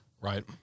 Right